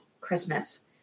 Christmas